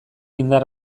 indar